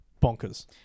bonkers